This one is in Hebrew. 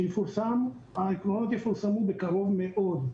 העקרונות יפורסמו בקרוב מאוד.